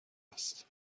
است